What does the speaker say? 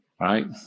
right